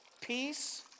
peace